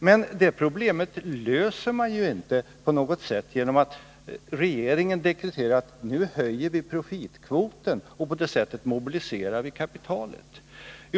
Men det problemet löser man inte genom att regeringen deklarerar: Nu höjer vi profitkvoten och på det sättet mobiliserar vi kapitalet.